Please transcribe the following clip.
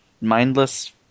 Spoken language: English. Mindless